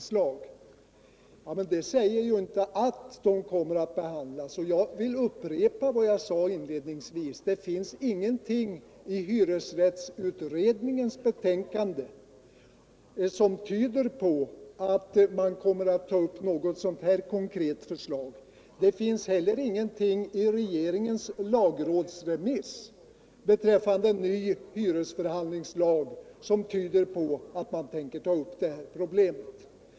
Ja, men det säger ju inte att de kommer att behandlas konkret, och jag vill upprepa vad jag sade inledningsvis, nämligen att det inte finns någonting i hyresrättsutredningens betänkande som tyder på att man kommer att konkret ta upp ett sådant här förslag. Det finns heller ingenting i regeringens lagrådsremiss beträffande ny hyresförhandlingslag som tyder på att man tänker ta upp detta problem.